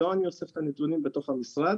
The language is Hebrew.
לא אני אוסף את הנתונים בתוך המשרד